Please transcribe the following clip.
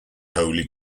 holly